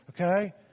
Okay